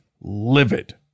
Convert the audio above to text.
livid